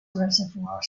reservoir